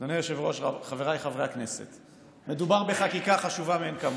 חבריי חברי הכנסת, מדובר בחקיקה חשובה מאין כמוה.